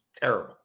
terrible